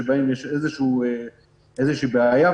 שבהם יש איזו שהיא בעיה,